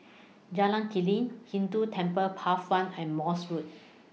Jalan Klinik Hindu Cemetery Path one and Morse Road